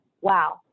Wow